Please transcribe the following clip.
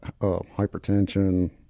hypertension